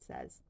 says